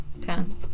Ten